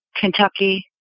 Kentucky